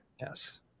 yes